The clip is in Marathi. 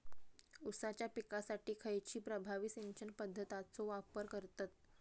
ऊसाच्या पिकासाठी खैयची प्रभावी सिंचन पद्धताचो वापर करतत?